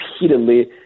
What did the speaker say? repeatedly